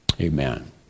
Amen